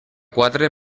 quatre